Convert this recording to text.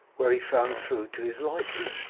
where he found food to his liking,